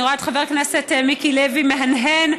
אני רואה את חבר הכנסת מיקי לוי מהנהן,